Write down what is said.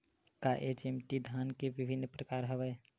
का एच.एम.टी धान के विभिन्र प्रकार हवय?